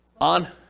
On